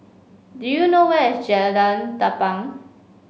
do you know where is Jalan Tampang